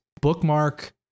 bookmark